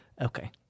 Okay